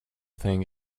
thing